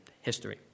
History